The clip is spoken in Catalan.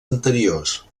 anteriors